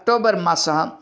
October मासः